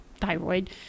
thyroid